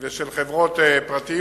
ושל חברות פרטיות,